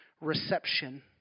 reception